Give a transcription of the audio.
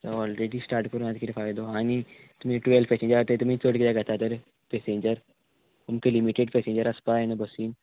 already start करून आतां कितें फायदो आनी तुमी टुवेल्व पेसेंजर थंय तुमी चड किद्याक घेतात तर पेसेंजर तुमकां लिमिटेड पेसेंजर आसपा जाय न्हू बसीन